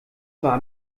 war